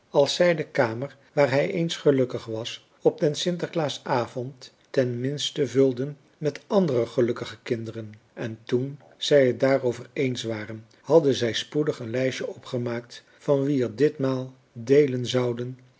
als zij de kamer waar hij eens gelukkig was op den sinterklaasavond ten minste vulden met andere gelukkige kinderen en toen zij het daarover eens waren hadden zij spoedig een lijstje opgemaakt van wie er ditmaal deelen zouden